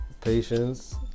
Patience